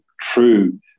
true